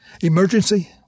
Emergency